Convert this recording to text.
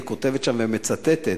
היא כותבת שם ומצטטת: